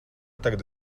tagad